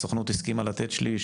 הסוכנות הסכימה לתת 1/3,